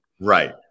Right